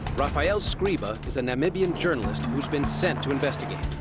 raphael scriba is a namibian journalist who has been sent to investigate.